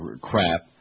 crap